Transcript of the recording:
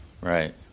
Right